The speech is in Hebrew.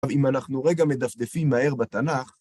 ואם אנחנו רגע מדפדפים מהר בתנ״ך,